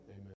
Amen